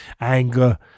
anger